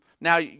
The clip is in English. now